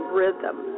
rhythm